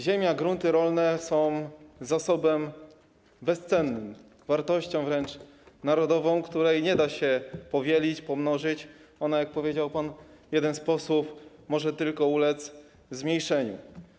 Ziemia, grunty rolne są zasobem bezcennym, wartością wręcz narodową, której nie da się powielić, pomnożyć, ona, jak powiedział jeden z posłów, może tylko ulec zmniejszeniu.